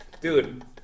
dude